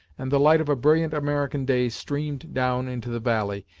and the light of a brilliant american day streamed down into the valley,